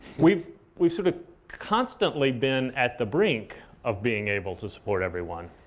we've we've sort of constantly been at the brink of being able to support everyone.